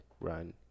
run